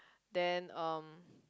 then um